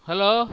hello